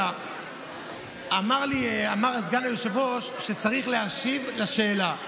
אמר סגן היושב-ראש שצריך להשיב על השאלה.